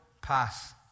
pass